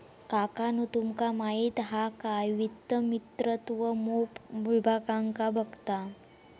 काकानु तुमका माहित हा काय वित्त मंत्रित्व मोप विभागांका बघता